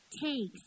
takes